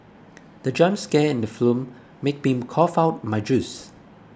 the jump scare in the film made been cough out my juice